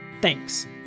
Thanks